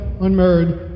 unmarried